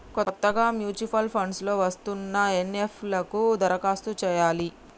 కొత్తగా mutual funds లో వస్తున్న ఎన్.ఎఫ్.ఓ లకు దరఖాస్తు చేయాలి